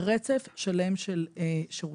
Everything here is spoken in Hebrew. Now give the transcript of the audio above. אנחנו נותנים רצף שלם של שירותים.